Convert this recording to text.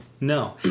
No